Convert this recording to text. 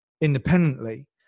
independently